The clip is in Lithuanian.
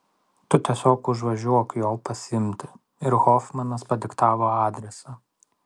tu tiesiog užvažiuok jo pasiimti ir hofmanas padiktavo adresą